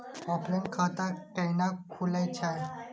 Offline खाता कैना खुलै छै?